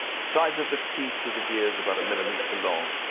size of the teeth of the gear is about a millimeter long.